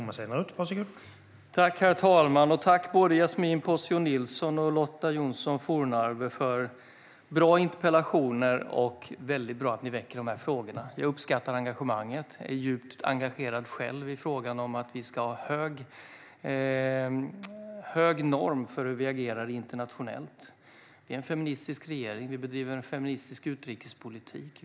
Herr talman! Tack, både Yasmine Posio Nilsson och Lotta Johnsson Fornarve, för en bra interpellation och för debatten! Det är väldigt bra att ni väcker dessa frågor. Jag uppskattar engagemanget. Jag är själv djupt engagerad i frågan om att vi ska ha hög norm för hur vi agerar internationellt. Vi är en feministisk regering. Vi bedriver en feministisk utrikespolitik.